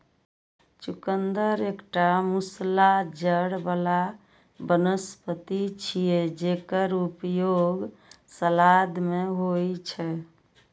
चुकंदर एकटा मूसला जड़ बला वनस्पति छियै, जेकर उपयोग सलाद मे होइ छै